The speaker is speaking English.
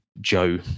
joe